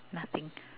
nothing